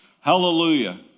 Hallelujah